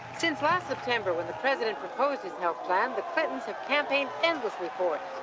since last september, when the president proposed his health plan, the clintons have campaigned endlessly for it.